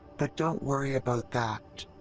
but don't worry about that.